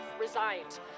resigned